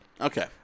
Okay